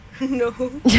No